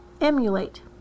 emulate